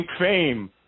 fame